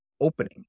opening